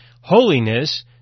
holiness